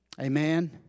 Amen